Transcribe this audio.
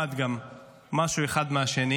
נלמד גם משהו אחד מהשני.